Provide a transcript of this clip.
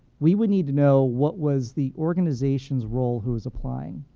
we would need to know what was the organization's role who was applying.